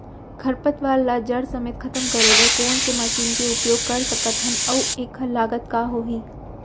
खरपतवार ला जड़ समेत खतम करे बर कोन से मशीन के उपयोग कर सकत हन अऊ एखर लागत का होही?